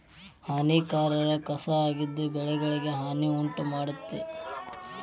ಹಾನಿಕಾರಕ ಕಸಾ ಆಗಿದ್ದು ಬೆಳೆಗಳಿಗೆ ಹಾನಿ ಉಂಟಮಾಡ್ತತಿ